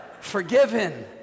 Forgiven